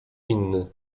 inny